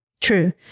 true